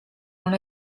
non